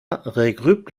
regroupe